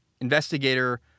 investigator